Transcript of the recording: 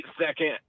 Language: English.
second